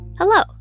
Hello